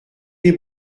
des